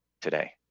today